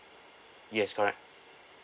yes correct